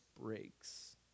breaks